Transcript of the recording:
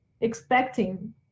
expecting